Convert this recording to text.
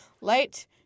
Light